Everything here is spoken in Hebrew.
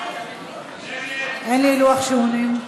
אין לי לוח שעונים.